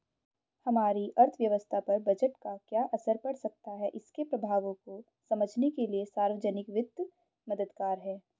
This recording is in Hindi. हमारी अर्थव्यवस्था पर बजट का क्या असर पड़ सकता है इसके प्रभावों को समझने के लिए सार्वजिक वित्त मददगार है